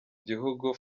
gihugu